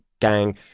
gang